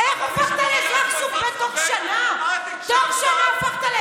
איך הפכת לאזרח סוג ב' תוך שנה?